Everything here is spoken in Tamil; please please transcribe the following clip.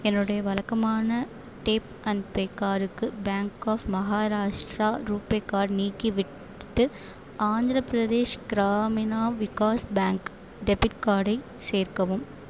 என்னுடைய வழக்கமான டேப் அண்ட் பே கார்டுக்கு bank of Maharashtra RuPay card நீக்கிவிட்டு ஆந்திரபிரதேஷ் கிராமினா விகாஸ் பேங்க் டெபிட் கார்டை சேர்க்கவும்